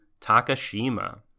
Takashima